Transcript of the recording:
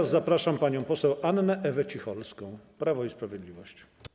Zapraszam panią poseł Annę Ewę Cicholską, Prawo i Sprawiedliwość.